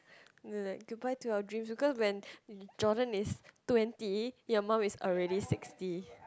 you like goodbye to your dreams because when Jordan is twenty your mum is already sixty